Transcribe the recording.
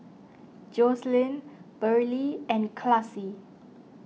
Joselyn Burley and Classie